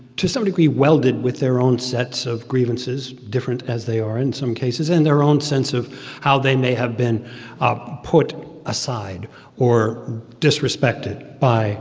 to some degree, welded with their own sets of grievances, different as they are in some cases, and their own sense of how they may have been put aside or disrespected by